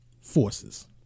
forces